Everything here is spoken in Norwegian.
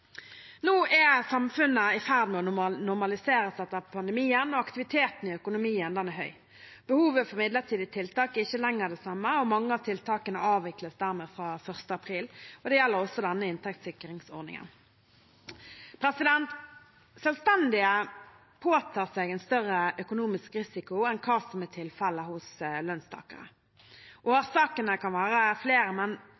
Nå er samfunnet i ferd med å normaliseres etter pandemien, og aktiviteten i økonomien er høy. Behovet for midlertidige tiltak er ikke lenger det samme, og mange av tiltakene avvikles dermed fra 1. april. Det gjelder også denne inntektssikringsordningen. Selvstendige påtår seg en større økonomisk risiko enn hva som er tilfellet hos lønnstakere.